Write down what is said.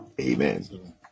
Amen